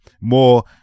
more